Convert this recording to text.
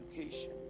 education